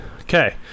Okay